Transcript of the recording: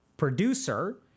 producer